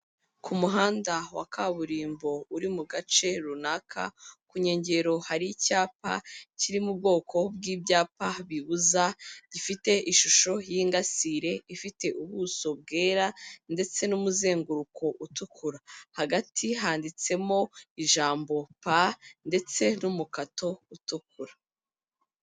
Ku muhanda wa kaburimbo uri mu gace runaka, ku nkengero hari icyapa kirimo ubwoko bw'ibyapa bibuza gifite ishusho y'ingasire ifite ubuso bwera ndetse n'umuzenguruko utukura, hagati handitsemo ijambo pa ndetse n'umukato utukura.